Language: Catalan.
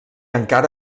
encara